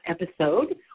episode